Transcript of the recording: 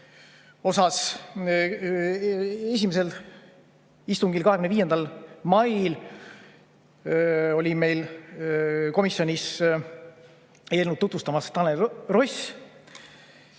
Esimesel istungil, 25. mail oli meil komisjonis eelnõu tutvustamas Tanel Ross.